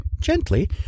gently